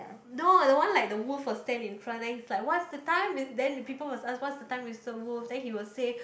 no the one like the wolf will stand in front then he's like what's the time with then the people must ask what's the time Mister Wolf then he will say